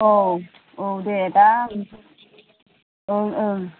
औ औ दे दा आं ओं ओं